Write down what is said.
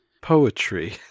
poetry